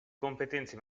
competenze